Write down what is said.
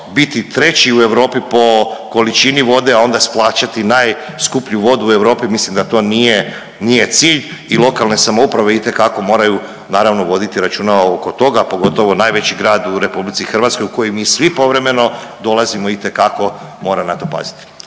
Biti treći u Europi po količini vode, a onda plaćati najskuplju vodu u Europi mislim da to nije cilj i lokalne samouprave itekako moraju naravno voditi računa oko toga pogotovo najveći grad u Republici Hrvatskoj u koji mi svi povremeno dolazimo itekako mora na to paziti.